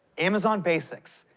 amazon basics,